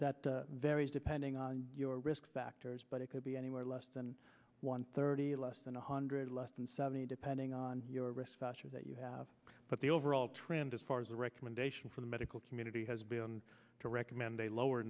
that varies depending on your risk factors but it could be anywhere less than one thirty less than one hundred less than seventy depending on your response that you have but the overall trend as far as a recommendation for the medical community has been to recommend a lower